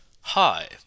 Hi